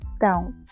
down